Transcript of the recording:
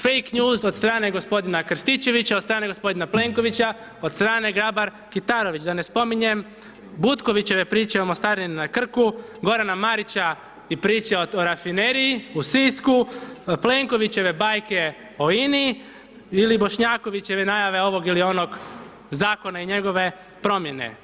Fake news od strane g. Krstičevića, od strane g. Plenkovića, od strane Grabar-Kitarović, da ne spominjem Butkovićeve priče o mostarini na Krku, Gorana Marića i priče o rafineriji u Sisku, Plenkovićeve bajke o INA-i ili Bošnjakovićeve najave ovog ili onog zakona i njegove promjene.